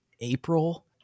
april